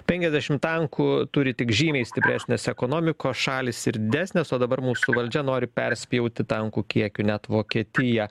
penkiasdešim tankų turi tik žymiai stipresnės ekonomikos šalys ir didesnės o dabar mūsų valdžia nori perspjauti tankų kiekiu net vokietiją